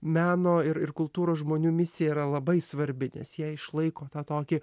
meno ir ir kultūros žmonių misija yra labai svarbi nes jie išlaiko tą tokį